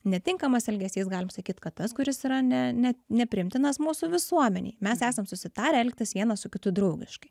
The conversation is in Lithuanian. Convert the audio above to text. netinkamas elgesys galim sakyt kad tas kuris yra ne ne nepriimtinas mūsų visuomenei mes esam susitarę elgtis vienas su kitu draugiškai